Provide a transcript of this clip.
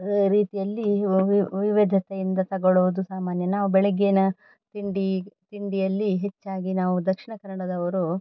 ರೀತಿಯಲ್ಲಿ ವವಿ ವೈವಿಧ್ಯತೆಯಿಂದ ತಗೊಳೋದು ಸಾಮಾನ್ಯ ನಾವು ಬೆಳಗ್ಗಿನ ತಿಂಡಿ ತಿಂಡಿಯಲ್ಲಿ ಹೆಚ್ಚಾಗಿ ನಾವು ದಕ್ಷಿಣ ಕನ್ನಡದವರು